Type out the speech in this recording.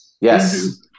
yes